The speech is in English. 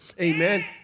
amen